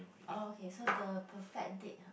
uh okay so the perfect date ah